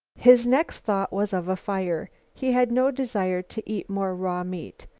his next thought was of a fire. he had no desire to eat more raw meat,